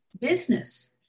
business